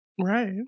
right